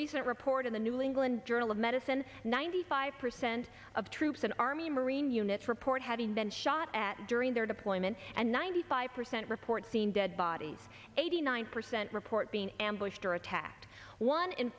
recent report in the new england journal of medicine ninety five percent of troops and army marine units report having been shot at during their deployment and ninety five percent report seen dead bodies eighty nine percent report being ambushed or attacked one in